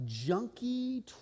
junky